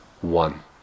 one